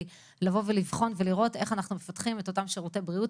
לבוא ולבחון ולראות איך אנחנו מפתחים את אותם שירותי בריאות